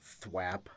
thwap